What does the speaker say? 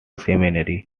seminary